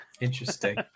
Interesting